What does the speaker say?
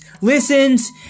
listens